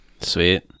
Sweet